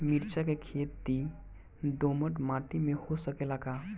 मिर्चा के खेती दोमट माटी में हो सकेला का?